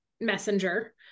messenger